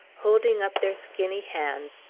holding up their skinny hands,